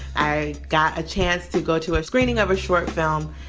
i got a chance to go to a screening of a short film.